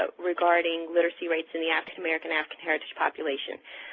ah regarding literacy rates in the african american, african heritage population.